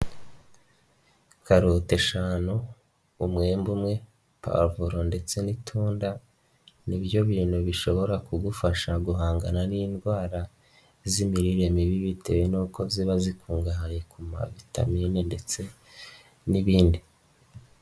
Karote eshanu, umwembe umwe, pavulo ndetse n'itunda ni byo bintu bishobora kugufasha guhangana n'indwara z'imirire mibi bitewe n'uko ziba zikungahaye ku mavitamine ndetse n'ibindi.